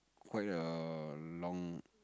quite a long